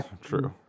true